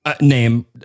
name